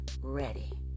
ready